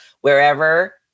wherever